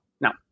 Now